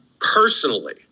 Personally